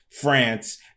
France